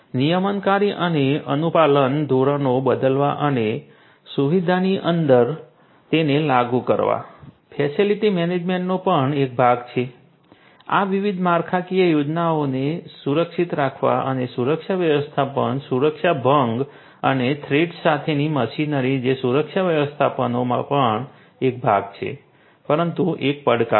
નિયમનકારી અને અનુપાલન ધોરણો બદલવા અને સુવિધાની અંદર તેને લાગુ કરવા ફેસિલિટી મેનેજમેન્ટનો પણ એક ભાગ છે આ વિવિધ માળખાકીય સુવિધાઓને સુરક્ષિત રાખવા માટે સુરક્ષા વ્યવસ્થાપન સુરક્ષા ભંગ અને થ્રેટસ સામેની મશીનરી જે સુરક્ષા વ્યવસ્થાપનનો પણ એક ભાગ છે પરંતુ એક પડકાર છે